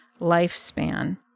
lifespan